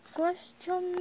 Question